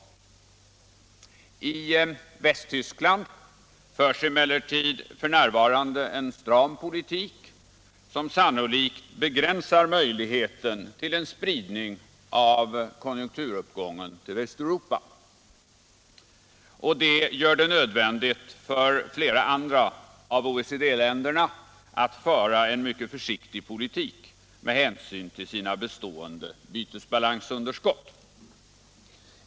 I Västtyskland förs emellertid f. n. en stram politik som sannolikt begränsar möjligheten till en spridning av kon junkturuppgången till Västeuropa. Det gör det nödvändigt för flera andra av OECD-länderna att föra en mycket försiktig politik med hänsyn till sina bestående bytesbalansunderskott.